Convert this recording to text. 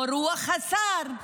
או רוח השר,